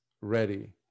ready